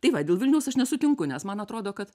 tai va dėl vilniaus aš nesutinku nes man atrodo kad